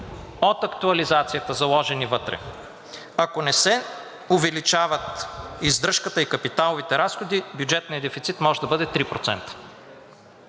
от актуализацията, заложени вътре, ако не се увеличават издръжката и капиталовите разходи, бюджетният дефицит може да бъде 3%.